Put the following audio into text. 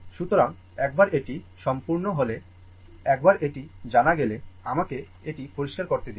সুতরাং একবার এটি সম্পন্ন হয়ে গেলে একবার এটি জানা গেলে আমাকে এটি পরিষ্কার করতে দিন